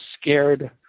scared